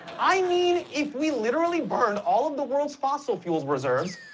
i mean if we literally burned all of the world's fossil fuel reserves,